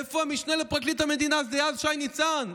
איפה המשנה לפרקליט המדינה דאז שי ניצן?